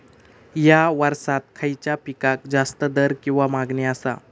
हया वर्सात खइच्या पिकाक जास्त दर किंवा मागणी आसा?